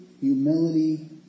humility